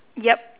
yup